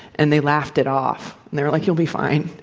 and they laughed it off. and they're like, you'll be fine.